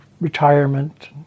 retirement